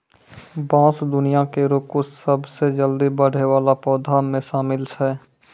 बांस दुनिया केरो कुछ सबसें जल्दी बढ़ै वाला पौधा म शामिल छै